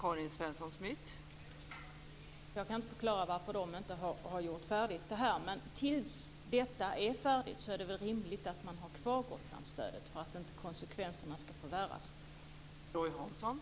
Fru talman! Det finns inget annat förslag från moderaterna på den punkten. Man vill bara skynda på processen för att få ett långsiktigt och hållbart trafiksystem till och från Gotland.